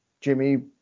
Jimmy